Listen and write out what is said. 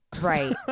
Right